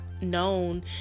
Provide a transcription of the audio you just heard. known